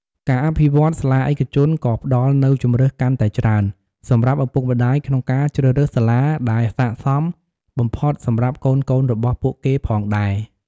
ការអភិវឌ្ឍន៍សាលាឯកជនក៏ផ្តល់នូវជម្រើសកាន់តែច្រើន សម្រាប់ឪពុកម្តាយក្នុងការជ្រើសរើសសាលាដែលស័ក្តិសមបំផុតសម្រាប់កូនៗរបស់ពួកគេផងដែរ។